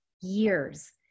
years